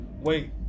Wait